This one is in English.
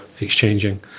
exchanging